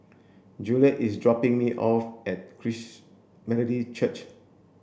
Juliet is dropping me off at Christ Methodist Church